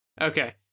Okay